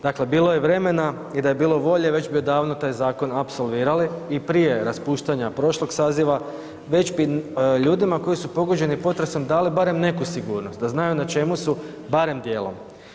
Dakle, bilo je vremena i da je bilo volje već bi odavno taj zakon apsolvirali i prije raspuštanja prošlog saziva već bi ljudima koji su pogođeni potresom dali barem neku sigurnost da znaju na čemu su barem dijelom.